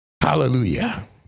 Hallelujah